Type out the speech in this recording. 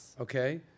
Okay